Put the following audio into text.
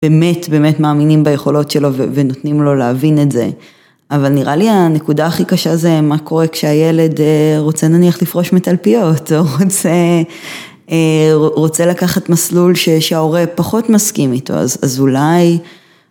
באמת, באמת מאמינים ביכולות שלו ונותנים לו להבין את זה. אבל נראה לי הנקודה הכי קשה זה מה קורה כשהילד רוצה נניח לפרוש מתלפיות, או רוצה לקחת מסלול שההורה פחות מסכים איתו, אז אולי...